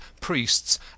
priests